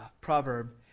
proverb